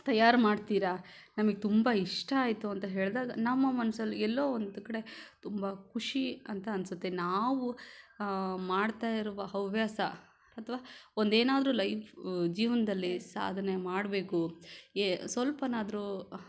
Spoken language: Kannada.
ತಯಾರು ಮಾಡ್ತೀರ ನಮಗೆ ತುಂಬ ಇಷ್ಟ ಆಯಿತು ಅಂತ ಹೇಳಿದಾಗ ನಮ್ಮ ಮನಸ್ಸಲ್ಲಿ ಎಲ್ಲೋ ಒಂದು ಕಡೆ ತುಂಬ ಖುಷಿ ಅಂತ ಅನಿಸುತ್ತೆ ನಾವು ಮಾಡ್ತಾ ಇರುವ ಹವ್ಯಾಸ ಅಥವಾ ಒಂದೇನಾದರೂ ಲೈಫು ಜೀವನದಲ್ಲಿ ಸಾಧನೆ ಮಾಡಬೇಕು ಯೇ ಸ್ವಲ್ಪನಾದರೂ